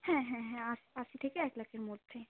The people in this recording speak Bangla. হ্যাঁ হ্যাঁ হ্যাঁ আশি থেকে এক লাখের মধ্যে